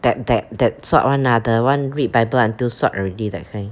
that that that sot [one] ah the [one] read bible until sot already that kind